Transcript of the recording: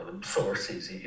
sources